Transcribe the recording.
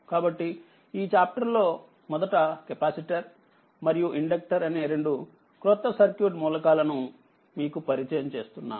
కాబట్టి ఈ చాప్టర్ లో మొదటకెపాసిటర్ మరియు ఇండక్టర్ అనే రెండు క్రొత్త సర్క్యూట్ మూలకాలను మీకు పరిచయం చేస్తున్నాను